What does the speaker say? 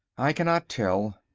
i cannot tell.